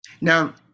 Now